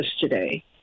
today